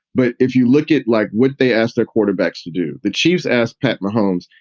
but if you look at like what they ask their quarterbacks to do, the chiefs ask pat mahomes,